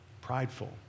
prideful